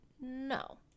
No